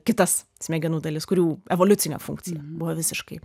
kitas smegenų dalis kurių evoliucinė funkcija buvo visiškai